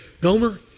Gomer